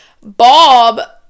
bob